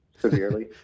severely